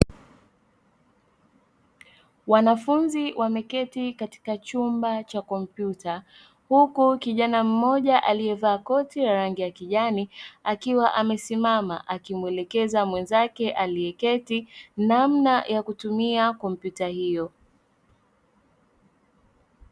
Wanafunzi wameketi katika chumba cha kompyuta, huku kijana mmoja aliye vaa koti la rangi ya kijani, akiwa amesimama akimwelekeza mwenzake aliyeketi namna ya kutumia kompyuta hiyo.